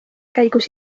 käigus